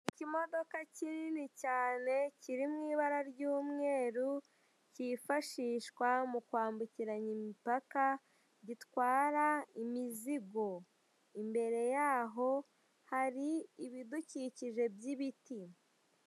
Ikimodoka kinini cyane kiri mu bara ry'umweru cyifashishwa mu kwambukiranya imipaka gitwara imizigo, imbere yaho hari ibidukikije by'ibiti.